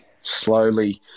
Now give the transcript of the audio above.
slowly